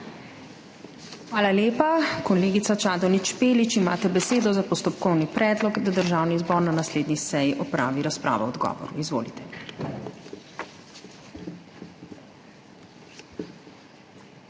Hvala lepa. Kolegica Čadonič Špelič, imate besedo za postopkovni predlog, da Državni zbor na naslednji seji opravi razpravo o odgovoru. Izvolite.